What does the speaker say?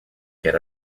get